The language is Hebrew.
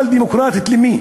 אבל דמוקרטית למי?